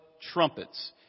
Trumpets